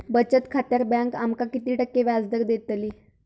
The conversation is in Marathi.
बचत खात्यार बँक आमका किती टक्के व्याजदर देतली?